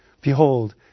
Behold